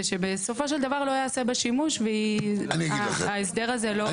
ושבסופו של דבר לא ייעשה בה שימוש וההסדר הזה לא.